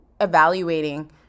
evaluating